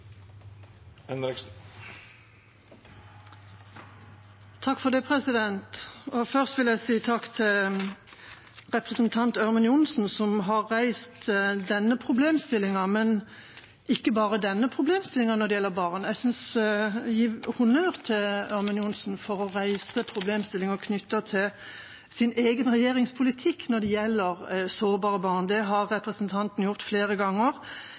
Først vil jeg si takk til representanten Ørmen Johnsen, som har reist denne problemstillingen – men ikke bare denne problemstillingen når det gjelder barn, jeg vil gi honnør til Ørmen Johnsen for å reise problemstillinger knyttet til hennes egen regjerings politikk når det gjelder sårbare barn. Det har representanten gjort flere ganger,